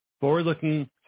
Forward-looking